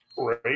Right